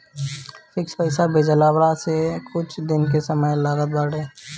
fix पईसा भेजाववला में कुछ दिन के समय लागत बाटे